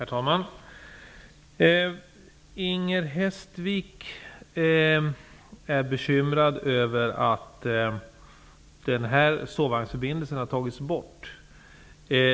Herr talman! Inger Hestvik är bekymrad över att den här sovvagnsförbindelsen har tagits bort.